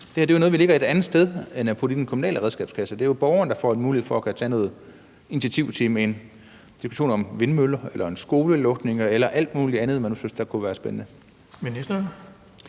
noget, vi lægger et andet sted end i den kommunale redskabskasse. Det er borgerne, der får en mulighed for at tage noget initiativ til f.eks. en diskussion om vindmøller eller skolelukninger eller alt muligt andet, man nu synes kunne være spændende.